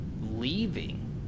leaving